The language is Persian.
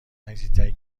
نزدیکترین